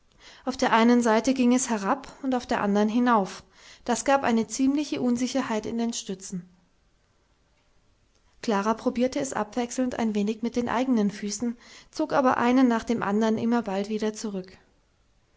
auf der einen seite ging es herab und auf der andern hinauf das gab eine ziemliche unsicherheit in den stützen klara probierte es abwechselnd ein wenig mit den eigenen füßen zog aber einen nach dem andern immer bald wieder zurück